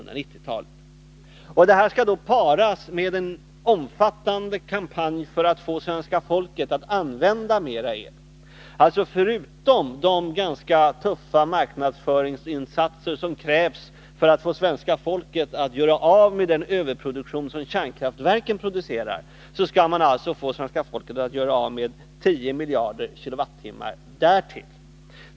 Detta skall paras med en omfattande kampanj — förutom de ganska tuffa marknadsföringsinsatser som krävs för att få svenska folket att göra av med kärnkraftverkens överproduktion — för att få svenska folket att använda dessa ytterligare 10 miljarder kWh.